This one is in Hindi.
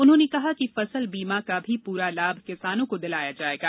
उन्होंने कहा कि फसल बीमा का भी पूरा लाभ किसानों को दिलाया जायेगा